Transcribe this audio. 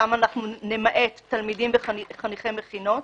שם נמעט תלמידים וחניכי מכינות.